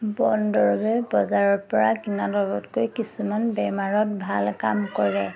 বনদৰৱে বজাৰৰপৰা কিনা দৰৱতকৈ কিছুমান বেমাৰত ভাল কাম কৰে